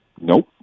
Nope